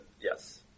Yes